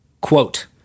Quote